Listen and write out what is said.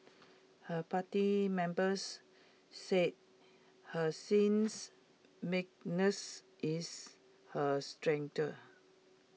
her party members say her seems meekness is her strength